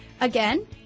Again